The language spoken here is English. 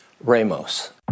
Ramos